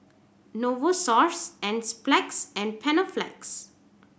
Novosource Enzyplex and Panaflex